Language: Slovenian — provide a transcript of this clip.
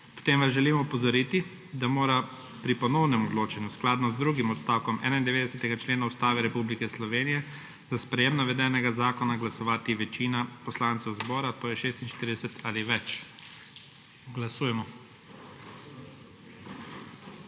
Želim vas opozoriti, da mora pri ponovnem odločanju skladno z drugim odstavkom 91. člena Ustave Republike Slovenije za sprejetje navedenega zakona glasovati večina poslancev zbora, to je 46 ali ve. Glasujemo.